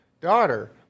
daughter